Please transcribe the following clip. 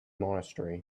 monastery